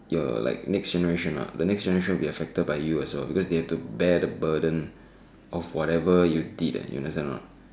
your like next generation lah the next generation will be affected by you also because they have to bear the burden of whatever you did eh you understand or not